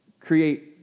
create